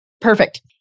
Perfect